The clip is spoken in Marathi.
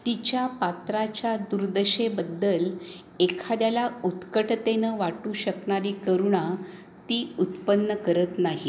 तिच्या पात्राच्या दुर्दशेबद्दल एखाद्याला उत्कटतेनं वाटू शकणारी करुणा ती उत्पन्न करत नाही